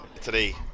today